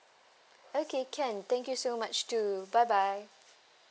okay can thank you so much too bye bye